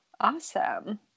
Awesome